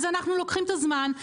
אז אנחנו לוקחים את הזמן,